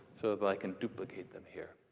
so that i can duplicate them here.